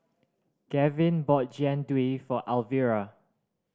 Gavyn bought Jian Dui for Alvira